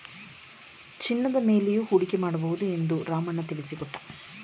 ಚಿನ್ನದ ಮೇಲೆಯೂ ಹೂಡಿಕೆ ಮಾಡಬಹುದು ಎಂದು ರಾಮಣ್ಣ ತಿಳಿಸಿಕೊಟ್ಟ